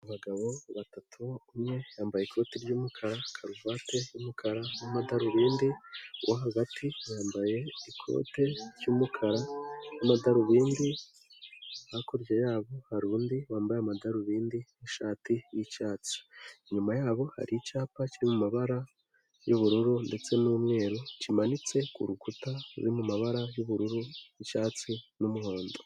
Abagabo batatu, umwe yambaye ikoti ry'umukara, karuvati y'umukara n'amadarubindi, uwo hagati yambaye ikote ry'umukara n'amadarubindi, hakurya yabo hari undi wambaye amadarubindi n'ishati y'icyatsi, inyuma yabo hari icyapa kiri mu mabara y'ubururu ndetse n'umweru kimanitse ku rukuta ruri mu mabara y'ubururu, icyatsi n'umuhondo.